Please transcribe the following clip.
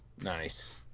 Nice